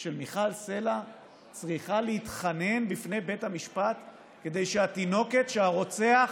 של מיכל סלה צריכה להתחנן בפני בית המשפט כדי שהתינוקת שהרוצח